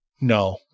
No